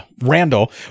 Randall